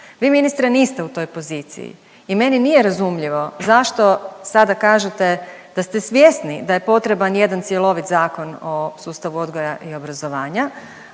Vi ministre niste u toj poziciji i meni nije razumljivo zašto sada kažete da ste svjesni da je potreban jedan cjelovit Zakona o sustavu odgoja i obrazovanja,